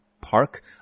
Park